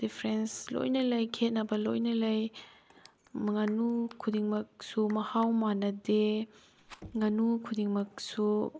difference ꯂꯣꯏꯅ ꯂꯩ ꯈꯦꯠꯅꯕ ꯂꯣꯏꯅ ꯂꯩ ꯉꯥꯅꯨ ꯈꯨꯗꯤꯡꯃꯛꯁꯨ ꯃꯍꯥꯎ ꯃꯥꯟꯅꯗꯦ ꯉꯥꯅꯨ ꯈꯨꯗꯤꯡꯃꯛꯁꯨ